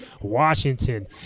Washington